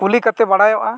ᱠᱩᱞᱤ ᱠᱟᱛᱮᱫ ᱵᱟᱲᱟᱭᱚᱜᱼᱟ